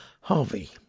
Harvey